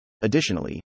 Additionally